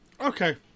Okay